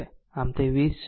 આમ તે 20 છે